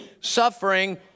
suffering